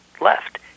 left